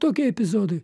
tokie epizodai